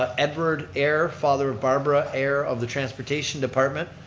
ah edward heir, father of barbara heir of the transportation department.